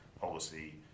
policy